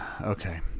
Okay